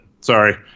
Sorry